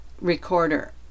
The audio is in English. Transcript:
Recorder